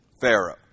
Pharaoh